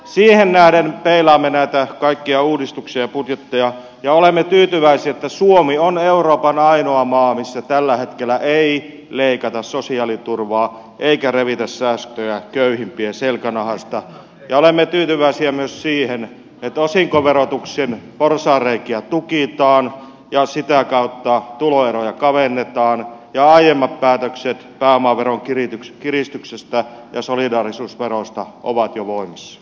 siihen nähden peilaamme näitä kaikkia uudistuksia ja budjetteja ja olemme tyytyväisiä että suomi on euroopan ainoa maa missä tällä hetkellä ei leikata sosiaaliturvaa eikä revitä säästöjä köyhimpien selkänahasta ja olemme tyytyväisiä myös siihen että osinkoverotuksen porsaanreikiä tukitaan ja sitä kautta tuloeroja kavennetaan ja aiemmat päätökset pääomaveron kiristyksestä ja solidaarisuusverosta ovat jo voimassa